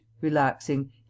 relaxing